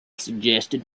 suggested